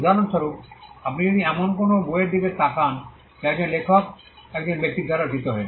উদাহরণস্বরূপ আপনি যদি এমন কোনও বইয়ের দিকে তাকান যা একজন লেখক একজন ব্যক্তির দ্বারা রচিত হয়েছে